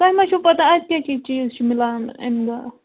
تۄہہِ ما چھُو پَتاہ اَتہِ کیٛاہ کیٛاہ چیٖز چھِ میلان امہِ دۄہ